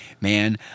man